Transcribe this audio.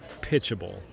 pitchable